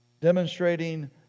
demonstrating